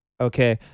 Okay